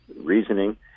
reasoning